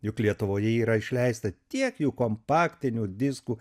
juk lietuvoje yra išleista tiek jų kompaktinių diskų